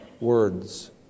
words